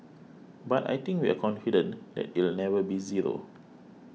but I think we're confident that it'll never be zero